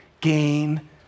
gain